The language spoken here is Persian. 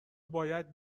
باید